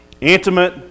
intimate